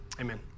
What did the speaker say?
Amen